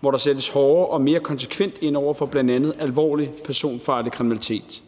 hvor der sættes hårdere og mere konsekvent ind over for bl.a. alvorlig personfarlig kriminalitet,